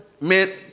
meant